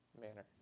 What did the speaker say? manner